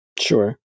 Sure